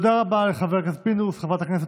תודה רבה לחברת הכנסת